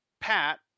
Pat